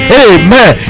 amen